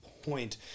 point